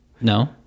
No